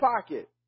pocket